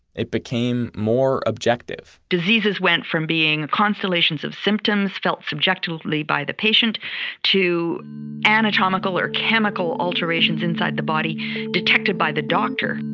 it became more objective diseases went from being constellations of symptoms felt subjectively by the patient to anatomical or chemical alterations inside the body detected by the doctor